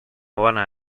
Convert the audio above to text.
bona